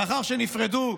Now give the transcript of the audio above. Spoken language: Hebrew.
לאחר שנפרדו,